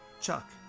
Chuck